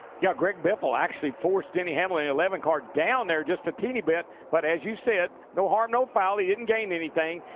yeah greg biffle actually forced denny hamlin, the eleven car, down there just a teeny bit. but as you said, no harm, no foul. he didn't gain anything.